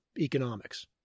economics